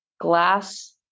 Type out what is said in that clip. Glass